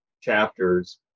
chapters